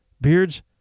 beards